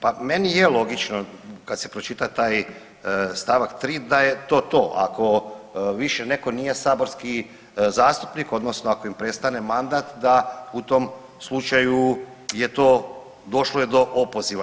Pa meni je logično kad se pročita taj st. 3. da je to to, ako više neko nije saborski zastupnik odnosno ako im prestane mandat da u tom slučaju je došlo do opoziva.